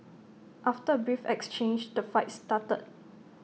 after A brief exchange the fight started